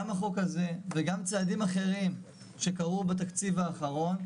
גם החוק הזה וגם צעדים אחרים שקרו בתקציב האחרון,